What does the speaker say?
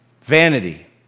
vanity